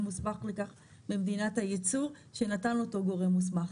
מוסמך לכך במדינת היצור שנתן אותו גורם מוסמך,